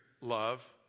love